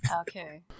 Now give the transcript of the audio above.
Okay